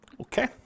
Okay